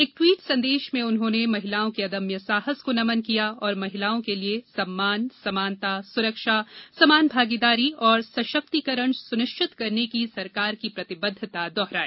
एक ट्वीट संदेश में उन्होंने महिलाओं के अदम्य साहस को नमन किया और महिलाओं के लिए सम्मान समानता सुरक्षा समान भागीदारी और सशक्तीकरण सुनिश्चित करने की सरकार की प्रतिबद्धता दोहराई